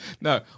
No